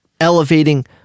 elevating